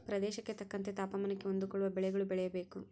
ಪ್ರದೇಶಕ್ಕೆ ತಕ್ಕಂತೆ ತಾಪಮಾನಕ್ಕೆ ಹೊಂದಿಕೊಳ್ಳುವ ಬೆಳೆಗಳು ಬೆಳೆಯಬೇಕು